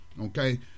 Okay